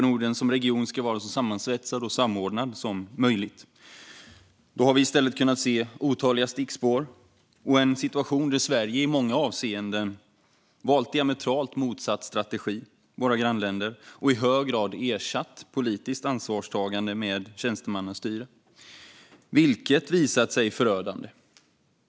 Norden som region ska vara så sammansvetsad och samordnad som möjligt, men i stället har vi kunnat se otaliga stickspår och en situation där Sverige i många avseenden valt en diametralt motsatt strategi jämfört med våra grannländer och i hög grad ersatt politiskt ansvarstagande med tjänstemannastyre, vilket visat sig förödande.